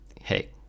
hey